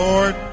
Lord